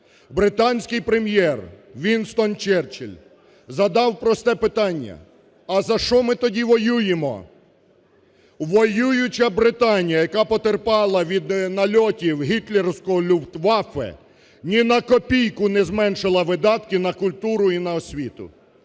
британський Прем'єр Вінстон Черчіль задав просте питання: "А за що ми тоді воюємо?" Воююча Британія, яка потерпала від нальотів гітлерівського Люфтваффе, ні на копійку не зменшила видатку на культуру і на освіту!